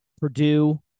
Purdue